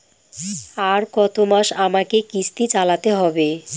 আর কতমাস আমাকে কিস্তি চালাতে হবে?